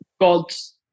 God's